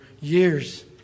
years